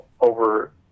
over